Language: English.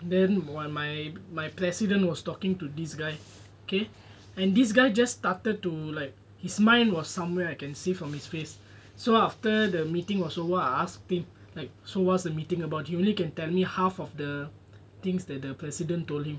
then my my president was talking to this guy K and this guy just started to like his mind was somewhere I can see from his face so after the meeting was over I asked him like so what's meeting about he only can tell me half of the things that the president told him